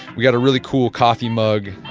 we got a really cool coffee mug.